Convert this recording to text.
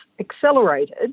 accelerated